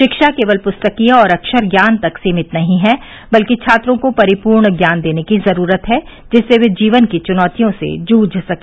शिक्षा केवल पुस्तकीय और अक्षर ज्ञान तक सीमित नहीं है बल्कि छात्रों को परिपूर्ण ज्ञान देने की जरूरत है जिससे वे जीवन की चुनौतियों से जूझ सके